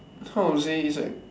how to say it's like